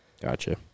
Gotcha